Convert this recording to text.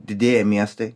didėja miestai